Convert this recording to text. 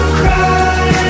cry